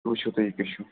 وُچھِو تۅہہِ یہِ کہِ چھُو